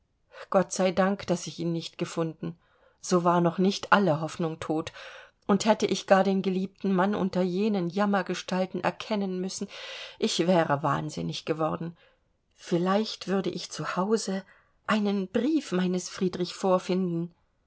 gott sei dank daß ich ihn nicht gefunden so war noch nicht alle hoffnung tot und hätte ich gar den geliebten mann unter jenen jammergestalten erkennen müssen ich wäre wahnsinnig geworden vielleicht würde ich zu hause einen brief meines friedrich vorfinden